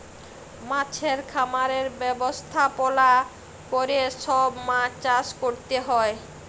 মাছের খামারের ব্যবস্থাপলা ক্যরে সব মাছ চাষ ক্যরতে হ্যয়